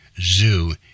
zoo